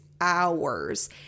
hours